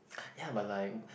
ya but like